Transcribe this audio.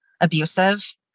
abusive